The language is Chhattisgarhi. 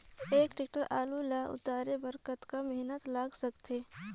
एक टेक्टर आलू ल उतारे बर कतेक मेहनती लाग सकथे?